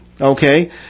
Okay